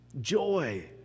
Joy